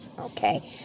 okay